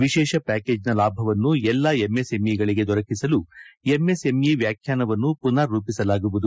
ವಿಶೇಷ ಪ್ಯಾಕೇಜ್ನ ಲಾಭವನ್ನು ಎಲ್ಲಾ ಎಂಎಸ್ಎಂಇಗಳಿಗೆ ದೊರಕಿಸಲು ಎಂಎಸ್ಎಂಇ ವ್ಯಾಖ್ವಾನವನ್ನು ಮನರ್ ರಚಿಸಲಾಗುವುದು